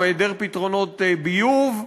או היעדר פתרונות ביוב,